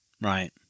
right